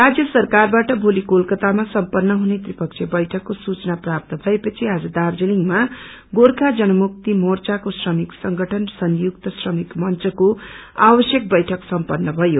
राज्य सरकारबाट भोली कोलकातामा सम्पन्न हुनेत्रिपक्षीय बैठक को सूचना प्राप्त भएपछि आज दार्जीलिङमा गोर्खा जनमुक्ति मांचाको श्रमिक संगठन र संयुक्त श्रमिक मंचख्को आवश्यक बैइक सम्पन्न भयो